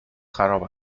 خراب